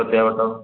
Chhatia ବଟ